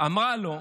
אמרה לו: